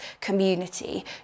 community